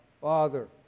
Father